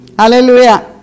Hallelujah